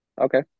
Okay